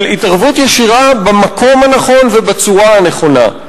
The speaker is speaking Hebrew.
אבל התערבות ישירה במקום הנכון ובצורה הנכונה.